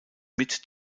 mit